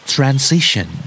Transition